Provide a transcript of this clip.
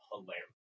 hilarious